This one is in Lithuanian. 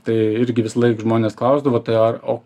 tai irgi visąlaik žmonės klausdavo tai ar o